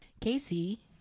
Casey